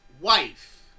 wife